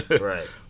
right